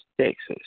Texas